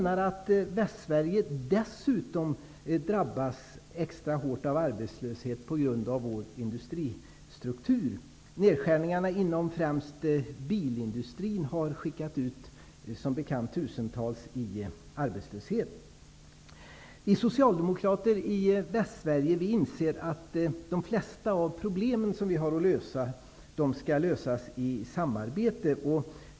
Västsverige drabbas dessutom extra hårt av arbetslöshet på grund av vår industristruktur. Nedskärningarna inom främst bilindustrin har som bekant skickat ut tusentals människor i arbetslöshet. Vi socialdemokrater i Västsverige inser att de flesta av våra problem måste lösas i samarbete.